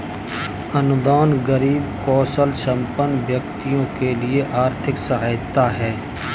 अनुदान गरीब कौशलसंपन्न व्यक्तियों के लिए आर्थिक सहायता है